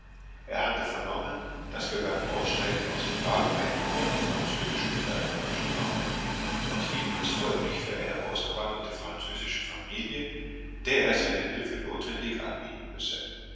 er hatte vernommen daß wir beim aussteigen aus dem wagen ein paar worte französisch untereinander sprachen und hielt uns folglich für eine ausgewanderte französische familie der er seine hilfe notwendig anbieten müsse